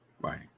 Right